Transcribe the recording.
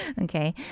Okay